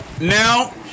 Now